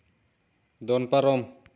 ᱫᱚᱱ ᱯᱟᱨᱚᱢ